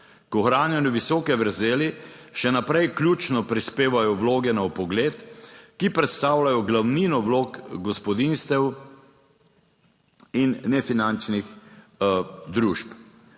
K ohranjanju visoke vrzeli še naprej ključno prispevajo vloge na vpogled, ki predstavljajo glavnino vlog gospodinjstev in nefinančnih družb.